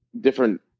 different